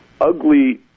ugly